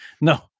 No